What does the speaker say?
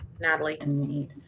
Natalie